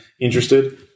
interested